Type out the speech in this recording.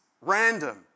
random